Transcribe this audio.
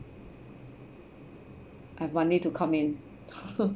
I have money to come in